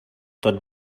tot